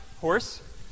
horse